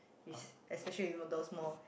yes especially you know those more